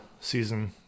season